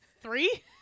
three